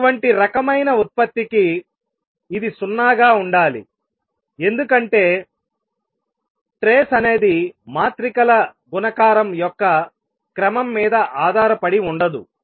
అటువంటి రకమైన ఉత్పత్తికి ఇది 0 గా ఉండాలి ఎందుకంటే ట్రేస్ అనేది మాత్రికల గుణకారం యొక్క క్రమం మీద ఆధారపడి ఉండదు